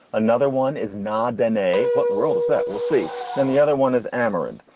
another one is not dna. what the world is that? we'll see. then the other one is amarant.